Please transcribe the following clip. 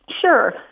Sure